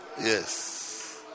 Yes